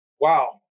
wow